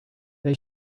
they